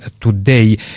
today